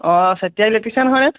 অঁ চেতিয়া ইলেক্ট্ৰিচিয়ান হয় নে